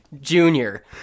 Junior